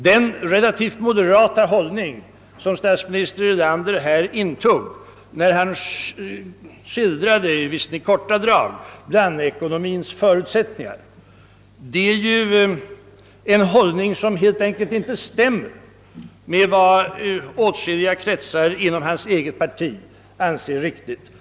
Den relativt moderata hållning som statsminister Erlander intog, när han låt vara i korta drag skildrade blandekonomins «förutsättningar, stämmer helt enkelt inte med vad åtskilliga kretsar i hans eget parti anser riktigt.